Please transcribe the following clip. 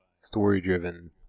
story-driven